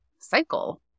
cycle